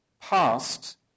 past